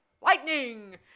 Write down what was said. lightning